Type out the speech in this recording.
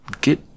get